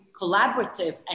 collaborative